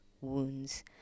wounds